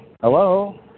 Hello